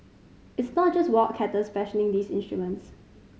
it's not just wildcatters fashioning these instruments